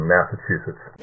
Massachusetts